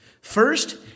First